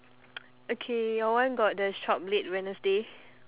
okay your one got the shop late wednesday